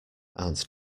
aunt